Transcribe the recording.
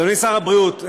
אדוני שר הבריאות,